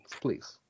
Please